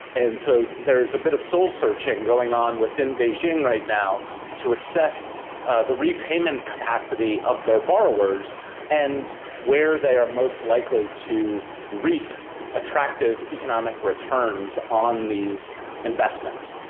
and so there's a bit of soul searching going on within beijing right now to assess the repayment capacity of their borrowers and where they are most likely to reap attractive economic returns on these investments.